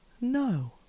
no